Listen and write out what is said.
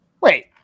Wait